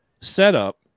setup